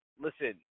Listen